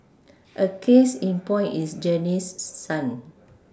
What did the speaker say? a case in point is Janice's son